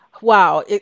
Wow